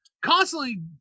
Constantly